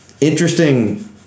interesting